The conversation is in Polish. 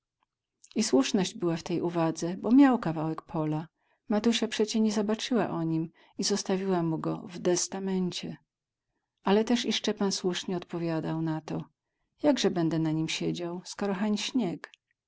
i słuszność była w tej uwadze bo miał kawałek pola matusia przecie nie zabaczyła o nim i zostawiła mu go w destamencie ale też i szczepan słusznie odpowiadał na to jakże bedę na nim siedział skoro hań śnieg